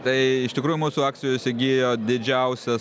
tai iš tikrųjų mūsų akcijų įsigijo didžiausias